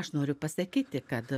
aš noriu pasakyti kad